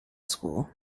school